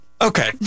okay